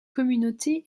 communauté